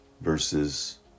versus